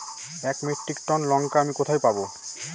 এক metric ton লঙ্কা আমি কোথায় পাবো?